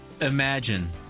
Imagine